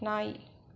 நாய்